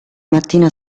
mattina